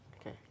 Okay